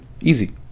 Easy